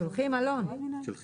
שולחים עלון?